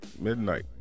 midnight